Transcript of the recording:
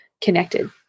connected